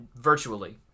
virtually